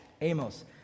Amos